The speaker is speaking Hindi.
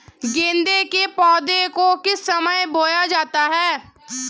गेंदे के पौधे को किस समय बोया जाता है?